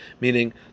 Meaning